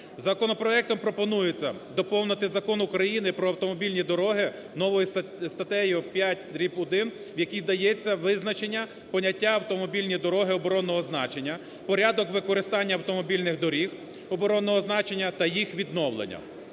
Законопроектом пропонується доповнити Закон України про автомобільні дороги новою статтею 5/1, в якій дається визначення поняття "автомобільні дороги оборонного значення", "порядок використання автомобільних доріг оборонного значення та їх відновлення".